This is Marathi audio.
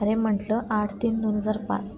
अरे म्हटलं आठ तीन दोन हजार पाच